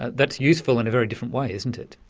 that's useful in a very different way, isn't it.